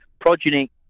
progeny